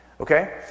Okay